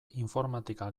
informatika